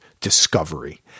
discovery